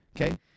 Okay